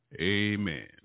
Amen